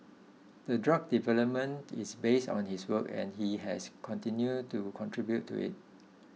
the drug development is based on his work and he has continued to contribute to it